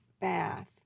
bath